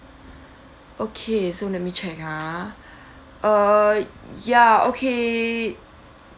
okay so let me check ah err ya okay